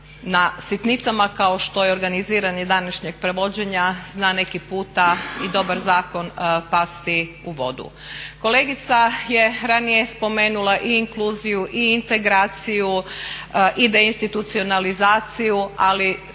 na sitnicama kao što je organiziranje današnjeg prevođenja zna neki puta i dobar zakon pasti u vodu. Kolegica je ranije spomenula i inkluziju i integraciju i deinstitucionalizaciju ali